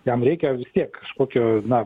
jam reikia vis tiek kokio na